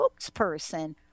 spokesperson